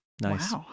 nice